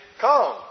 come